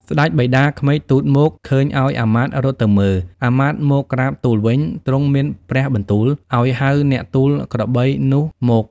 ស្តេចបិតាក្មេកទតមក ឃើញអោយអាមាត្យរត់ទៅមើល អាមាត្យមកក្រាបទូលវិញ ទ្រង់មានព្រះបន្ទូលអោយ ហៅអ្នកទូលក្របីនោះមក